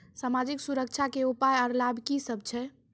समाजिक सुरक्षा के उपाय आर लाभ की सभ छै?